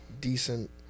decent